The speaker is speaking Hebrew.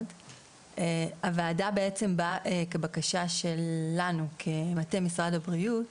הוועדה באה כבקשה שלנו כמטה משרד הבריאות